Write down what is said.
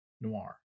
noir